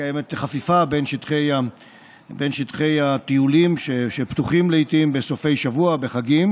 קיימת חפיפה בין שטחי הטיולים שפתוחים לעיתים בסופי שבוע ובחגים